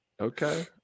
Okay